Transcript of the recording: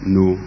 no